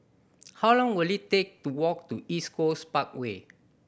how long will it take to walk to East Coast Parkway